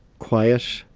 quiet,